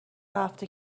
هفته